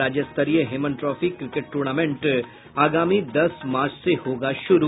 और राज्यस्तरीय Heman trophy cricket tournament आगामी दस मार्च से होगा शुरू